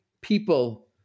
people